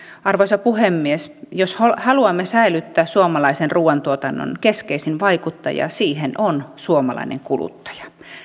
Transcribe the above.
arvoisa puhemies jos haluamme säilyttää suomalaisen ruuantuotannon keskeisin vaikuttaja siihen on suomalainen kuluttaja